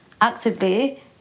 actively